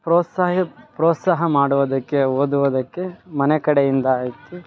ಪ್ರೊಸಾಹ್ಯ ಪ್ರೋತ್ಸಹ ಮಾಡೋದಕ್ಕೆ ಓದುವದಕ್ಕೆ ಮನೆಕಡೆ ಇಂದಾಗಿ